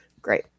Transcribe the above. Great